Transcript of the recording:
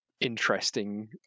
interesting